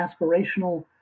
aspirational